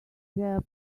their